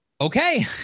okay